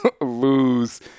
lose